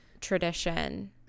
tradition